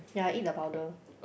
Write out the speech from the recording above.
ya I eat the powder